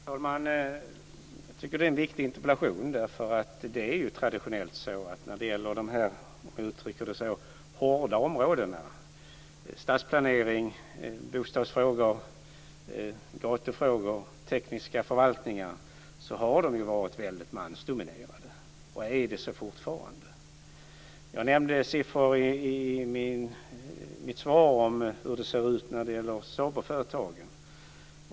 Fru talman! Jag tycker att det här är en viktig interpellation. Det är ju traditionellt så att de här, om jag uttrycker det så, hårda områdena som stadsplanering, bostadsfrågor, gatufrågor och tekniska förvaltningar, har varit väldigt mansdominerade. Så är det också fortfarande. Jag nämnde i mitt svar siffror på hur det ser ut i SABO-företagen.